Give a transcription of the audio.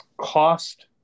cost